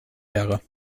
wäre